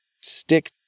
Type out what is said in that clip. stick